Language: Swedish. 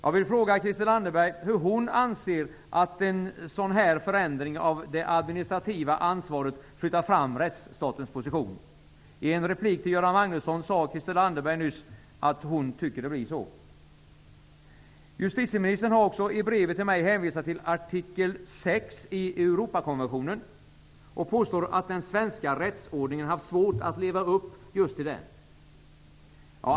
Jag vill fråga Christel Anderberg hur hon anser att en förändring av detta slag av det administrativa ansvaret flyttar fram rättsstatens positioner. I en replik till Göran Magnusson sade Christel Anderberg nyss att hon tycker att det blir så. Justitieministern har också i brevet till mig hänvisat till artikel 6 i Europakonventionen och påstår att den svenska rättsordningen haft svårt att leva upp till just den.